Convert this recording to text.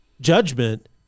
judgment